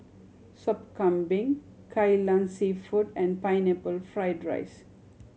Sop Kambing Kai Lan Seafood and Pineapple Fried rice